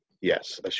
Yes